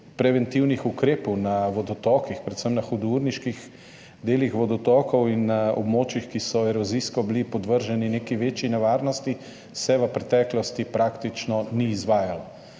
preventivnih ukrepov na vodotokih, predvsem na hudourniških delih vodotokov, in na območjih, ki so bili erozijsko podvrženi neki večji nevarnosti, v preteklosti praktično ni izvajalo.